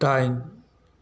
दाइन